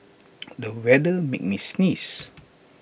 the weather made me sneeze